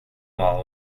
wall